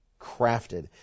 crafted